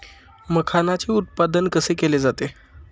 मखाणाचे उत्पादन कसे केले जाते?